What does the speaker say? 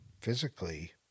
physically